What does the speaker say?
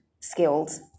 skills